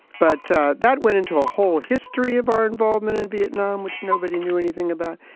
but that went into a whole history of our involvement in vietnam, which nobody knew anything about.